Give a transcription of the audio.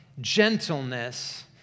gentleness